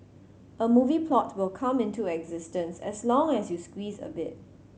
a movie plot will come into existence as long as you squeeze a bit